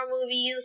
movies